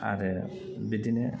आरो बिदिनो